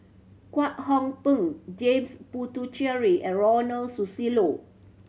Kwek Hong Png James Puthucheary and Ronald Susilo